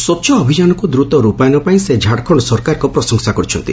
ସ୍ୱଚ୍ଛ ଅଭିଯାନକୁ ଦ୍ରତ ରୂପାୟନ ପାଇଁ ସେ ଝାଡ଼ଖଣ୍ଡ ସରକାରଙ୍କର ପ୍ରଶଂସା କରିଛନ୍ତି